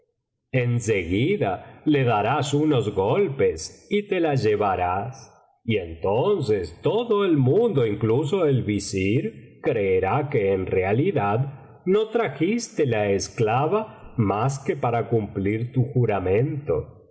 seguida le darás unos golpes y te la llevarás y entonces todo el mundo incluso el visir creerá que en realidad no trajiste la esclava mas que para cumplir tu juramento